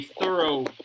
thorough